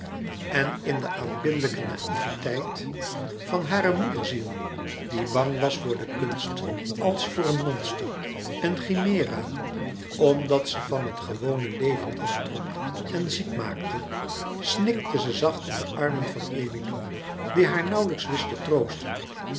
en in de aanbiddelijke naïveteit van hare moederziel die bang was voor de kunst als voor een monster een chimera omdat ze van het gewone leven aftrok en ziek maakte snikte ze zacht in de armen van emilie die haar nauwlijks wist te troosten